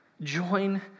Join